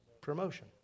promotion